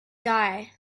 die